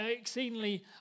exceedingly